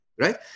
Right